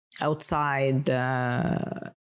outside